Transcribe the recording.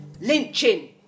lynching